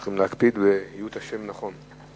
צריכים להקפיד באיות השם נכון.